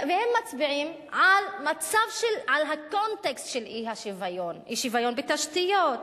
הם מצביעים על הקונטקסט של האי-שוויון: אי-שוויון בתשתיות,